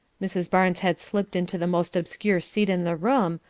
mrs. barnes had slipped into the most obscure seat in the room,